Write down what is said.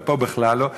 אבל פה בכלל לא.